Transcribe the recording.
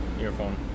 earphone